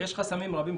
יש חסמים רבים,